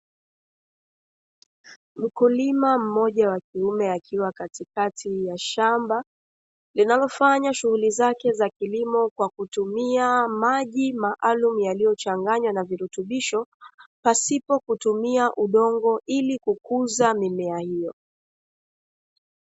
Mkulima mmoja wa kiume akiwa katikati ya shamba, linalofanya shunguli zake za kilimo kwa kutumia maji maalumu yaliyochanganywa na virutubisho, pasipo kutumia udongo ili kukuza mimea hiyo.